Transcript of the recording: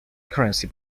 currency